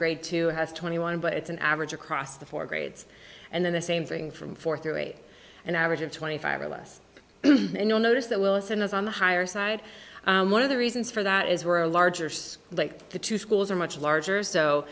grade two has twenty one but it's an average across the four grades and then the same thing from four through eight an average of twenty five or less and no notice that wilson is on the higher side one of the reasons for that is where a larger scale like the two schools are much larger so